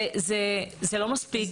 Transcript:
זה לא מספיק.